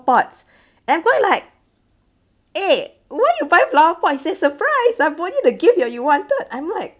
pots and I'm quite like eh why you buy flower pot he say surprise I bought you the gift that you wanted I'm like